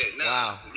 Wow